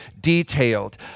detailed